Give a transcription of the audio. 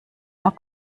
are